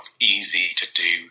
easy-to-do